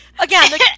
Again